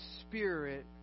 spirit